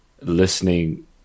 listening